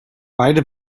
beide